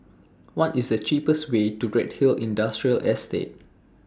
What IS The cheapest Way to Redhill Industrial Estate